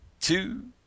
two